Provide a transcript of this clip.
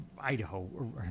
Idaho